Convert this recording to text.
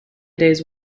days